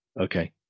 Okay